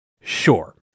Sure